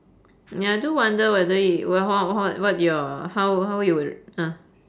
ya I do wonder whether yo~ whe~ how how what you're how how you were ah